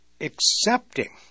accepting